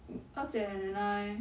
mm 二姐 and I